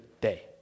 day